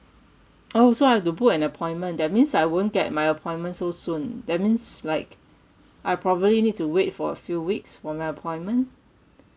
oh so I have to book an appointment that means I won't get my appointment so soon that means like I probably need to wait for a few weeks for my appointment